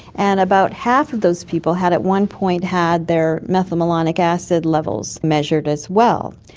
and about half of those people had at one point had their methylmalonic acid levels measured as well,